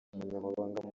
umunyamabanga